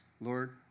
Lord